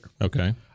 Okay